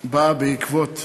באה בעקבות